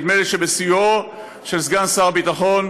נדמה לי שבסיועו של סגן שר הביטחון